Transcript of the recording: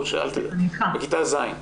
דיברת על כיתה ז'.